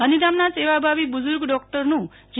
ગાંધીધામની સેવાભાવી બુઝુર્ગ ડોકટરનું જી